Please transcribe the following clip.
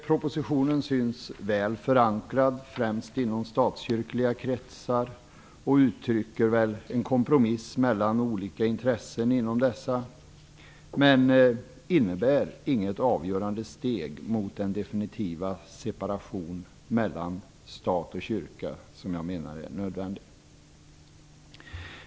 Propositionen syns vara väl förankrad främst inom statskyrkliga kretsar och uttrycker en kompromiss mellan olika intressen inom dessa. Men den innebär inget avgörande steg mot den definitiva separation mellan stat och kyrka som jag menar är nödvändig.